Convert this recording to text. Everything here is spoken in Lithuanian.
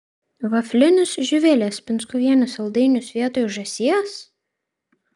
vaflinius živilės pinskuvienės saldainius vietoj žąsies